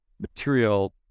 material